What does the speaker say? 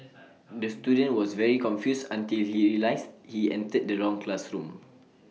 the student was very confused until he realised he entered the wrong classroom